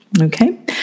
okay